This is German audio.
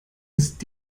ist